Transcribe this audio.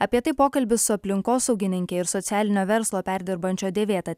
apie tai pokalbis su aplinkosaugininke ir socialinio verslo perdirbančio dėvėtą